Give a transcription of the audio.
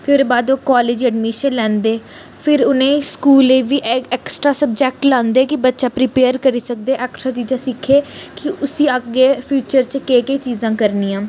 फेर ओह् ओह्दे बाद कालेज एडमिशन लैंदे फेर उ'नेंई स्चूलै ऐ बी इक ऐक्स्ट्रा सब्जैक्ट लांदे कि बच्चा प्रीपेअर करी सकदे ऐक्स्ट्रा चीज़ां सिक्खै कि उसी अग्गें फ्यूचर च केह् केह् चीज़ां करनियां